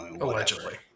Allegedly